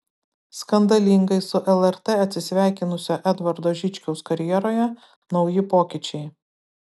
skandalingai su lrt atsisveikinusio edvardo žičkaus karjeroje nauji pokyčiai